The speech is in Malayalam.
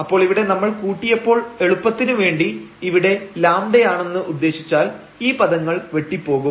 അപ്പോൾ ഇവിടെ നമ്മൾ കൂട്ടിയപ്പോൾ എളുപ്പത്തിനു വേണ്ടി ഇവിടെ λ യാണെന്ന് ഉദ്ദേശിച്ചാൽ ഈ പദങ്ങൾ വെട്ടി പോകും